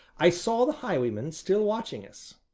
i saw the highwayman still watching us.